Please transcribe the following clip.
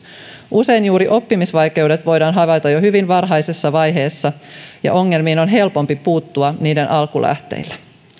usein juuri oppimisvaikeudet voidaan havaita jo hyvin varhaisessa vaiheessa ja ongelmiin on helpompi puuttua niiden alkulähteillä